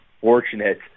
fortunate